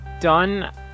done